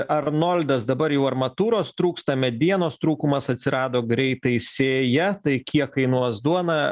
arnoldas dabar jau armatūros trūksta medienos trūkumas atsirado greitai sėja tai kiek kainuos duona